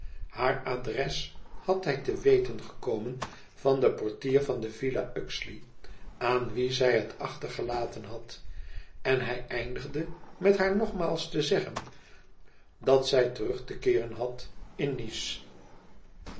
haar adres had hij te weten gekomen van den portier van de villa uxeley aan wien zij het achtergelaten had en hij eindigde met haar nogmaals te zeggen dat zij terug te keeren had in nice